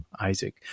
Isaac